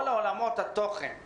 כל עולמות התוכן שהם